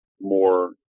more